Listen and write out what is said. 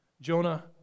Jonah